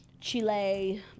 Chile